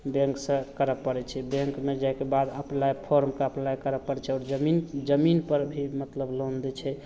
बैँकसे करै पड़ै छै बैँकमे जाएके बाद अप्लाइ फॉर्मके अप्लाइ करै पड़ै छैआओर जमीन जमीनपर भी मतलब लोन दै छै